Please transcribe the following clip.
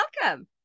welcome